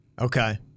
Okay